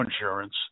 insurance